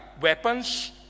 weapons